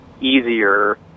easier